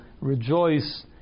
rejoice